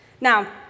Now